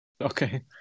Okay